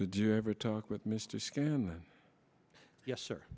did you ever talk with mr scanlon yes sir